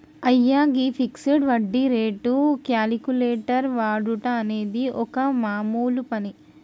అయ్యో గీ ఫిక్సడ్ వడ్డీ రేటు క్యాలిక్యులేటర్ వాడుట అనేది ఒక మామూలు పని